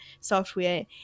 software